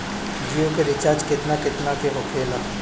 जियो के रिचार्ज केतना केतना के होखे ला?